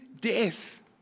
death